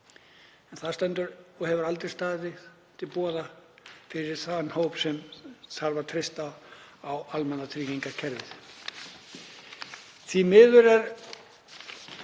En það stendur ekki og hefur aldrei staðið til boða fyrir þann hóp sem þarf að treysta á almannatryggingakerfið.